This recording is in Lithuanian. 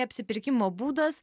apsipirkimo būdas